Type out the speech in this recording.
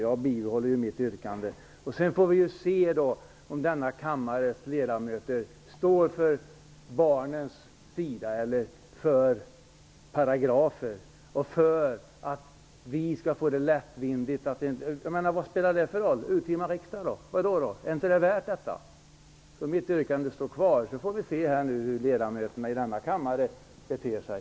Jag bibehåller mitt yrkande, och sedan får vi se om denna kammares ledamöter står för barnens bästa eller för paragrafer och för att vi skall få det lätt. Vad spelar en urtima riksdag för roll? Är inte detta värt det? Mitt yrkande står alltså kvar, och så får vi se hur ledamöterna i denna kammare beter sig.